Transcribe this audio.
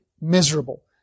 miserable